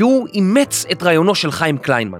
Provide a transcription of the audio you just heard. ‫הוא אימץ את רעיונו של חיים קליינמן.